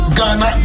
Ghana